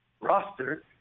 roster